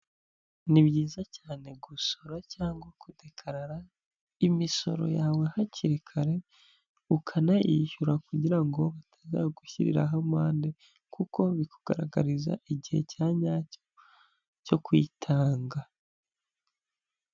Ni byiza cyane gusora cyangwa kudekarara imisoro yawe hakiri kare ,ukanayishyura kugira ngo batazagushyiriraho amande kuko bikugaragariza igihe cya nyacyo cyo kuyitanga.